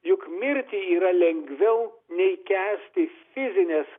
juk mirti yra lengviau nei kęsti fizines